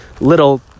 little